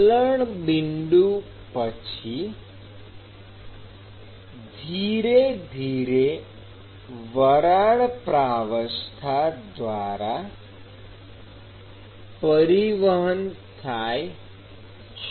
વલણ બિંદુ પછી ધીરે ધીરે વરાળ પ્રાવસ્થા દ્વારા પરિવહન થાય છે